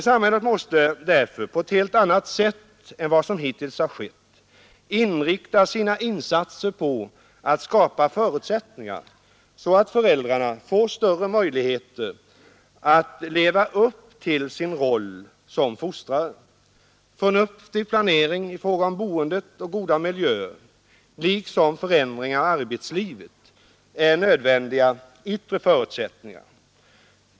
Samhället måste därför på ett helt annat sätt än vad som hittills har skett inrikta sina insatser på att skapa sådana förutsättningar att föräldrarna får större möjligheter att leva upp till sin roll som fostrare. Förnuftig planering i fråga om boendet och goda miljöer liksom förändringar i arbetslivet är nödvändiga yttre förutsättningar.